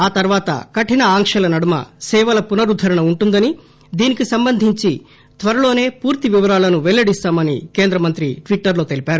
ఆ తర్వాత కఠిన ఆంక్షల నడుమ సేవల పునరుద్దరణ ఉంటుందని దీనికి సంబంధించి త్వరలోసే పూర్తి వివరాలను పెల్లడిస్తామని కేంద్రమంత్రి ట్విటర్లో తెలిపారు